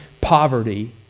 poverty